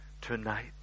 tonight